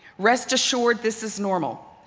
rest assured, this is normal,